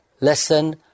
lesson